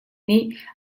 nih